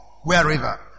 Wherever